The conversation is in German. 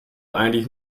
eigentlich